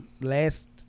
last